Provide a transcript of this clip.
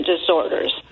disorders